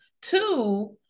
Two